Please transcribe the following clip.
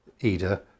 EDA